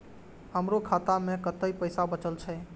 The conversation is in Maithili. हमरो खाता में कतेक पैसा बचल छे?